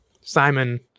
Simon